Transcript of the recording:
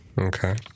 okay